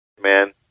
man